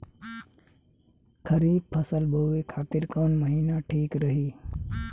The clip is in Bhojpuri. खरिफ फसल बोए खातिर कवन महीना ठीक रही?